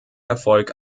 erfolg